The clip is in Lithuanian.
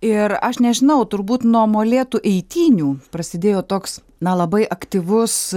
ir aš nežinau turbūt nuo molėtų eitynių prasidėjo toks na labai aktyvus